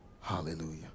Hallelujah